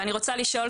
ואני רוצה לשאול,